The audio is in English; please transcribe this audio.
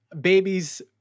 babies